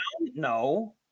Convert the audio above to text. No